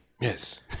yes